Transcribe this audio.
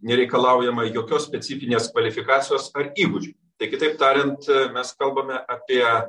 nereikalaujama jokios specifinės kvalifikacijos ar įgūdžių tai kitaip tariant mes kalbame apie